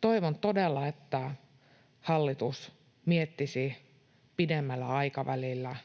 Toivon todella, että hallitus miettisi pidemmällä aikavälillä